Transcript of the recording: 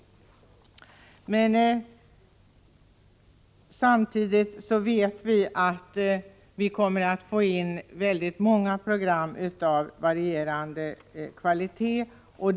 Samtidigt vet vi att vi kommer att få in väldigt många program av varierande kvalitet.